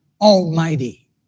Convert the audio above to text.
almighty